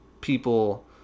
people